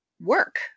work